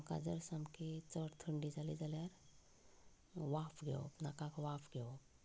म्हाका जर सामकी चड थंडी जाली जाल्यार वाफ घेवप नाकांत वाफ घेवप